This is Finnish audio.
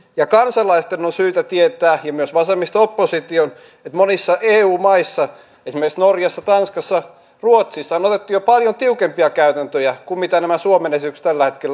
ja kansalaisten on syytä tietää ja myös vasemmisto opposition että monissa eu maissa esimerkiksi norjassa tanskassa ja ruotsissa on otettu jo paljon tiukempia käytäntöjä kuin mitä nämä suomen esitykset tällä hetkellä ovat